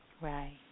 Right